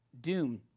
Doom